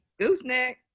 Gooseneck